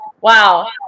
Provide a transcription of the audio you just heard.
Wow